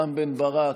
רם בן ברק,